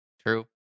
True